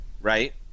right